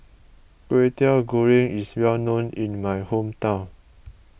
Kwetiau Goreng is well known in my hometown